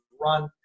run